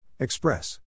Express